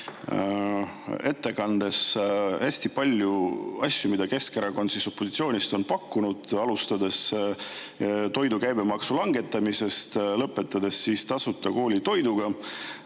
ettekandes paljusid asju, mida Keskerakond opositsioonist on pakkunud, alustades toidu käibemaksu langetamisest, lõpetades tasuta koolitoiduga.